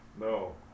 No